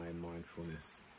mindfulness